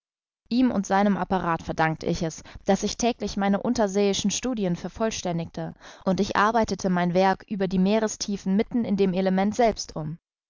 ihm und seinem apparat verdankte ich es daß ich täglich meine unterseeischen studien vervollständigte und ich arbeitete mein werk über die meerestiefen mitten in dem element selbst